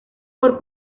por